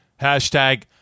Hashtag